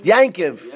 Yankiv